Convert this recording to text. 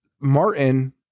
Martin